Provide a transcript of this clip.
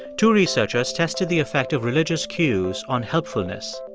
two researchers tested the effect of religious cues on helpfulness.